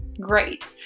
great